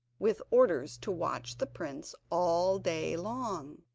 with orders to watch the prince all day long.